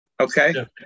okay